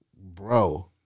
bro